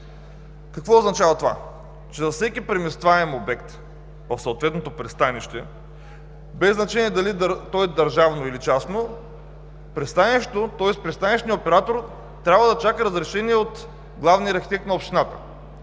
Какво означава това? Че за всеки преместваем обект в съответното пристанище, без значение дали то е държавно, или частно, пристанищният оператор трябва да чака разрешение от главния архитект на общината.